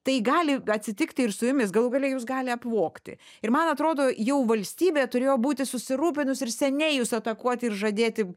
tai gali atsitikti ir su jumis galų gale jus gali apvogti ir man atrodo jau valstybė turėjo būti susirūpinus ir seniai jus atakuoti ir žadėti